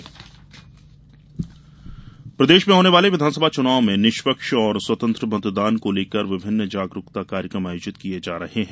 मतदाता जागरूकता प्रदेश में होने वाले विधानसभा चुनाव में निष्पक्ष और स्वतंत्र मतदान को लेकर विभिन्न जागरूकता कार्यक्रम आयोजित किये जा रहे हैं